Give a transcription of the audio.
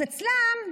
אז אצלם,